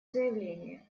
заявление